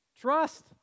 Trust